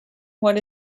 what